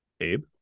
Abe